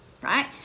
right